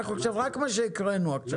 רק מה שקראנו עכשיו.